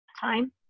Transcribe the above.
time